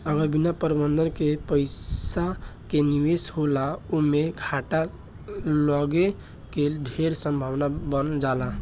अगर बिना प्रबंधन के पइसा के निवेश होला ओमें घाटा लागे के ढेर संभावना बन जाला